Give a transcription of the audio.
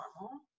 normal